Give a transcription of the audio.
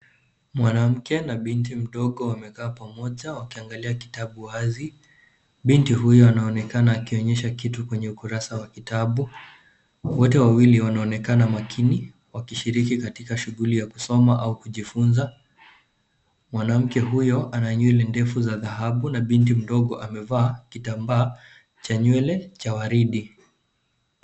Mwanamke na binti mdogo wamekaa pamoja wakiangalia kitabu wazi. Binti huyo anaonekana akionyesha kitu kwenye ukurasa wa kitabu. Wote wawili wanaonekana makini wakishiriki katika shughuli ya kusoma au kujifunza. Mwanamke huyo ana nywele ndefu za dhahabu na binti mdogo amevaa kitambaa cha nywele cha waridi.